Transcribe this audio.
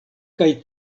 kaj